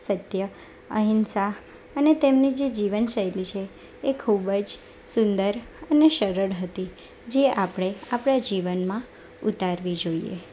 સત્ય અહિંસા અને તેમની જે જીવનશૈલી છે એ ખૂબ જ સુંદર અને સરળ હતી જે આપણે આપણા જીવનમાં ઊતારવી જોઈએ